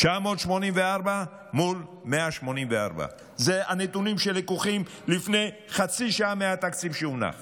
984 מול 184. אלה הנתונים שלקוחים מהתקציב שהונח